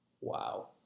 Wow